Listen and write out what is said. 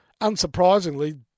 unsurprisingly